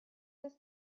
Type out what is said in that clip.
his